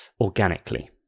organically